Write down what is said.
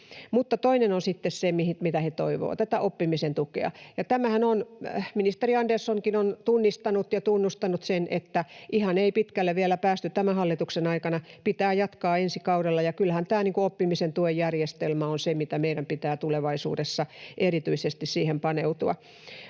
Toinen sitten, mitä he toivovat, on tämä: oppimisen tuki. Tämähän on niin, ministeri Anderssonkin on tunnistanut ja tunnustanut sen, että ihan pitkälle ei vielä päästy tämän hallituksen aikana, pitää jatkaa ensi kaudella, ja kyllähän tämä oppimisen tuen järjestelmä on se, mihin meidän pitää tulevaisuudessa erityisesti paneutua.